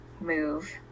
move